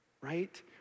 right